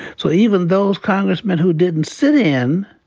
so even those congressmen who didn't sit in,